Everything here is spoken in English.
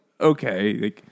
okay